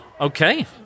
Okay